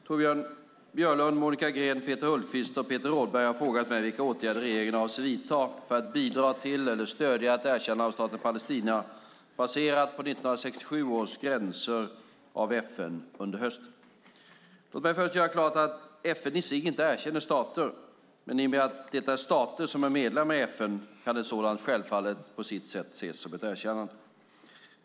Fru talman! Torbjörn Björlund, Monica Green, Peter Hultqvist och Peter Rådberg har frågat mig vilka åtgärder regeringen avser att vidta för att bidra till eller stödja ett erkännande av staten Palestina, baserat på 1967 års gränser, av FN under hösten. Låt mig först göra klart att FN i sig inte erkänner stater, men i och med att det är stater som är medlemmar i FN kan ett sådant självfallet ses som ett erkännande.